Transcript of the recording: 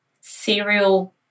cereal